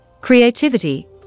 creativity